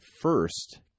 first